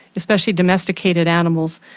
especially domesticated animals,